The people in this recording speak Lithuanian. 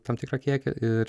tam tikrą kiekį ir